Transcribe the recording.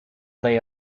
they